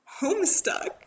Homestuck